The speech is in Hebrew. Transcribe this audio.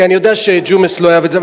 כי אני יודע שג'ומס לא יאהב את זה,